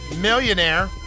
millionaire